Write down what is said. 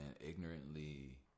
ignorantly